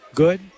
good